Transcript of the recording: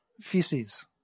feces